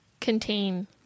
contain